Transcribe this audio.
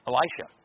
Elisha